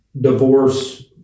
divorce